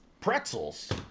Pretzels